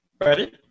ready